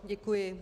Děkuji.